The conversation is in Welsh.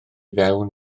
mewn